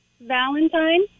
Valentine